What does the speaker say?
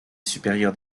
supérieure